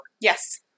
Yes